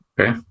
Okay